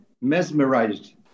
mesmerized